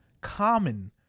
common